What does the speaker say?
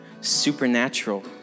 supernatural